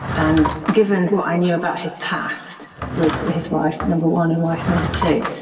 and given what i knew about his past with his wife number one and wife number two,